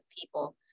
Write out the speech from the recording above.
people